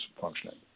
functioning